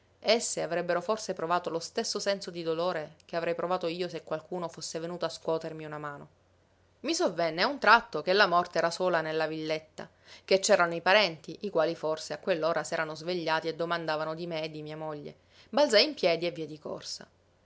esse avrebbero forse provato lo stesso senso di dolore che avrei provato io se qualcuno fosse venuto a scuotermi una mano i sovvenne a un tratto che la morta era sola nella villetta che c'erano i parenti i quali forse a quell'ora s'erano svegliati e domandavano di me e di mia moglie balzai in piedi e via di corsa